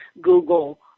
Google